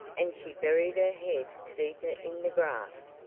and she buried her head deeper in the grass,